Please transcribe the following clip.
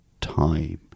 time